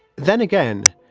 then again,